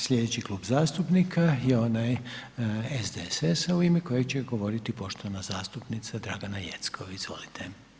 Slijedeći Klub zastupnika je onaj SDSS-a u ime koje će govoriti poštovana zastupnica Dragana Jeckov, izvolite.